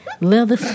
Leather